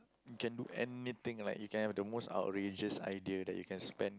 you can do anything like you can have the most outrageous idea that you can spend